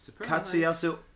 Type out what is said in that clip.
Katsuyasu